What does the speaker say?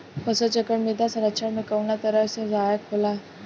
फसल चक्रण मृदा संरक्षण में कउना तरह से सहायक होला?